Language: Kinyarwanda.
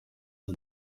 iki